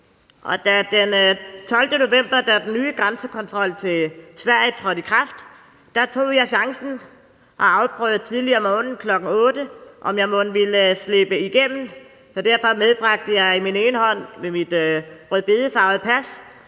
Den 12. november, da den nye grænsekontrol til Sverige trådte i kraft, tog jeg chancen og afprøvede tidligt om morgenen kl. 8, om jeg mon ville slippe igennem, og derfor medbragte jeg i min ene hånd mit rødbedefarvede pas,